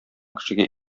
кешегә